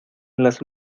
las